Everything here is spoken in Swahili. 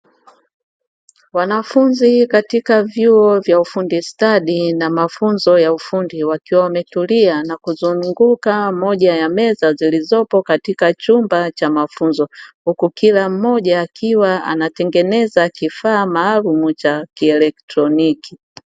Wanafunzi katika vyuo vya ufundi stadi na mafunzo ya ufundi, wakiwa wametulia na kuzunguka moja ya meza zilizopo katika chumba cha mafunzo. Huku kila mmoja akiwa anatengeneza kifaa maalumu cha kielektroniki.